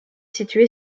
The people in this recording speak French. situé